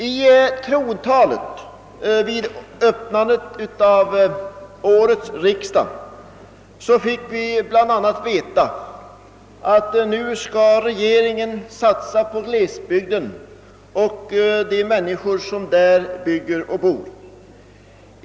I trontalet vid öppnandet av årets riksdag fick vi bl.a. veta att regeringen nu skall satsa på glesbygden och de människor som där bygger och bor.